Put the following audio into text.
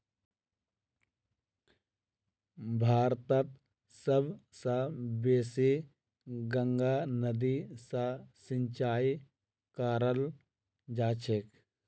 भारतत सब स बेसी गंगा नदी स सिंचाई कराल जाछेक